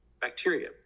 bacteria